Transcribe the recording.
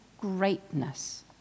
greatness